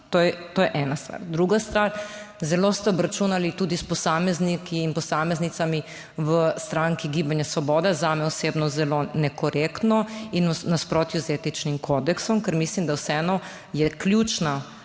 To je ena stvar. Druga stvar, Zelo ste obračunali tudi s posamezniki in posameznicami v stranki Gibanje Svoboda, zame osebno zelo nekorektno in v nasprotju z etičnim kodeksom, ker mislim, da vseeno je ključna